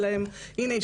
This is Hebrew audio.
הינה,